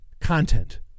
content